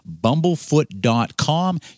bumblefoot.com